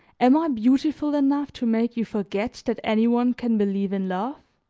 am i beautiful enough to make you forget that any one can believe in love?